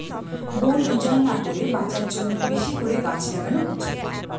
বন উজাড় না করে বাঁচার জন্যে বেশি করে গাছ লাগানো উচিত